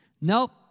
Nope